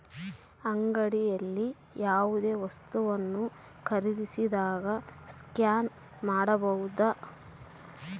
ಅಂಗಡಿಯಲ್ಲಿ ಯಾವುದೇ ವಸ್ತುಗಳನ್ನು ಖರೇದಿಸಿದಾಗ ಸ್ಕ್ಯಾನ್ ಮಾಡಬಹುದಾ?